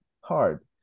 hard